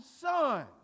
son